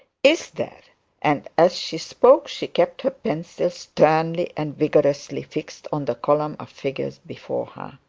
is there and as she spoke she kept her pencil sternly and vigorously fixed on the column of figures before her.